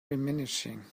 reminiscing